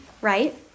right